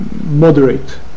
moderate